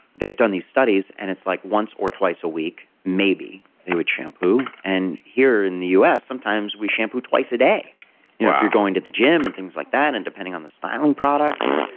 they've done these studies and it's like once or twice a week maybe they would shampoo and here in the u s. sometimes we shampoo twice a day wow yeah if you're going to the gym and things like that, and depending on the styling products.